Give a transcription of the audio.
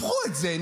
הפכו את זה,